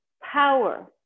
power